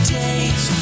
days